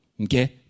Okay